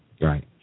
Right